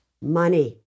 money